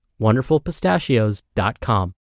wonderfulpistachios.com